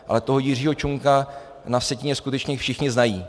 Ale toho Jiřího Čunka na Vsetíně skutečně všichni znají.